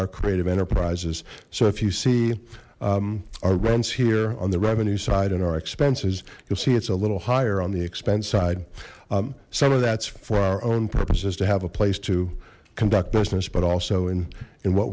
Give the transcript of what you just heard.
our creative enterprises so if you see our runs here on the revenue side and our expenses you'll see it's a little higher on the expense side some of that's for our own purposes to have a place to conduct business but also in in what